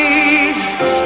Jesus